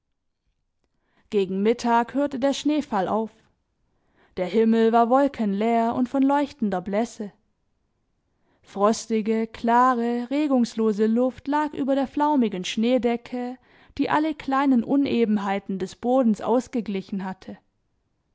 gegen mittag hörte der schneefall auf der himmel war wolkenleer und von leuchtender blässe frostige klare regungslose luft lag über der flaumigen schneedecke die alle kleinen unebenheiten des bodens ausgeglichen hatte